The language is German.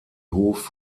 hof